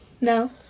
No